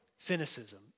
Cynicism